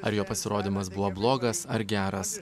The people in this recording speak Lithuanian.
ar jo pasirodymas buvo blogas ar geras